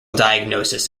diagnosis